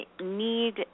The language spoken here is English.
need